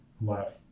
left